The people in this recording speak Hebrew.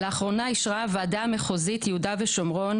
לאחרונה אישרה הוועדה המחוזית יהודה ושומרון,